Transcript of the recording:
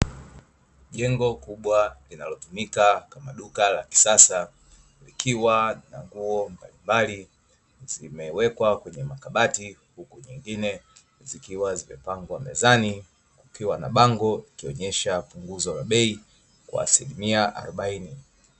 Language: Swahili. Jengo kubwa linalotumika kama duka la kisasa likiwa na nguo mbalimbali zimewekwa kwenye makabati, huku nyingine zikiwa zimepangwa mezani kukiwa na bango likionyesha punguzo la bei kwa asilimia arobaini.